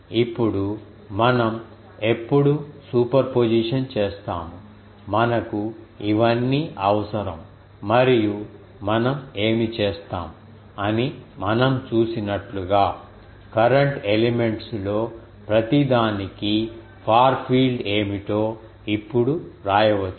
ఇప్పుడు మనం ఎప్పుడు సూపర్పొజిషన్ చేస్తాము మనకు ఇవన్నీ అవసరం మరియు మనం ఏమి చేస్తాం అని మనం చూసినట్లుగా కరెంట్ ఎలిమెంట్స్ లో ప్రతిదానికి ఫార్ ఫీల్డ్ ఏమిటో ఇప్పుడు వ్రాయవచ్చు